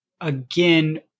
again